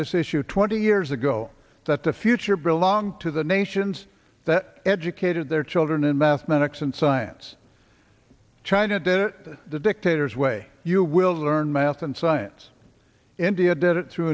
this issue twenty years ago that the future belongs to the nations that educated their children in mathematics and science china to the dictators way you will learn math and science india did it through